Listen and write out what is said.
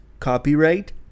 Copyright